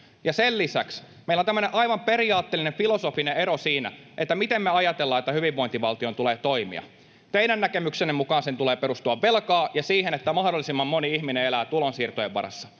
sen lisäksi meillä on tämmöinen aivan periaatteellinen filosofinen ero siinä, miten me ajatellaan, että hyvinvointivaltion tulee toimia. Teidän näkemyksenne mukaan sen tulee perustua velkaan ja siihen, että mahdollisimman moni ihminen elää tulonsiirtojen varassa.